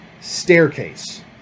staircase